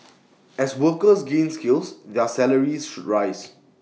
as workers gain skills their salaries should rise